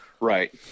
right